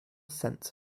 sense